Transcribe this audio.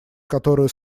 которую